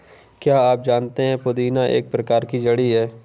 क्या आप जानते है पुदीना एक प्रकार की जड़ी है